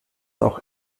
auch